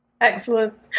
Excellent